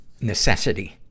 necessity